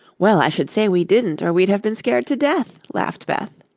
well, i should say we didn't, or we'd have been scared to death, laughed beth.